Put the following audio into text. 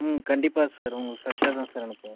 ம் கண்டிப்பாக சார் உங்களுக்கு ஃப்ரெஷ்ஷாக தான் சார் அனுப்புவோம்